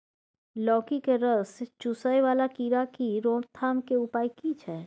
लौकी के रस चुसय वाला कीरा की रोकथाम के उपाय की छै?